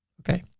okay.